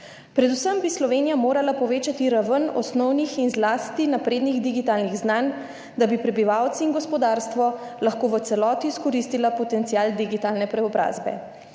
Predvsem bi Slovenija morala povečati raven osnovnih in zlasti naprednih digitalnih znanj, da bi prebivalci in gospodarstvo lahko v celoti izkoristili potencial digitalne preobrazbe.